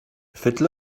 faites